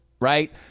right –